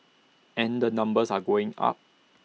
and the numbers are going up